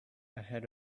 ahead